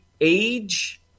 age